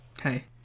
Hey